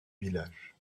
village